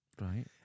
Right